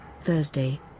Thursday